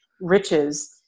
riches